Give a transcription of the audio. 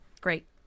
Great